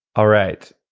all right,